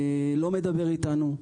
לא מדבר איתנו.